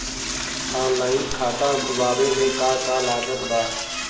Online खाता खुलवावे मे का का लागत बा?